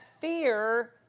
fear